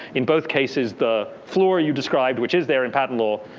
in both cases the floor you described, which is there in patent law,